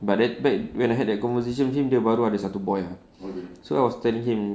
but that back when I had that conversation with him dia baru ada satu boy ah so I was telling him